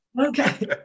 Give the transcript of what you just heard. Okay